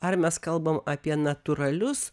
ar mes kalbam apie natūralius